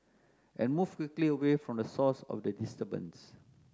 and move quickly away from the source of the disturbance